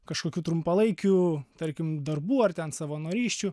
kažkokių trumpalaikių tarkim darbų ar ten savo narysčių